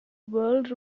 world